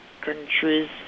countries